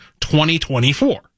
2024